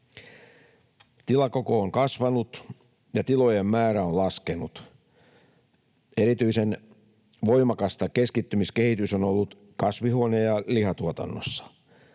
Tilakoko on kasvanut ja tilojen määrä on laskenut. Erityisen voimakasta keskittymiskehitys on ollut kasvihuone- ja lihatuotannossa.